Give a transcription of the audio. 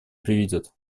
приведет